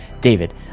David